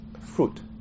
fruit